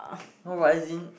no but as in